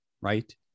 right